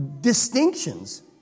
Distinctions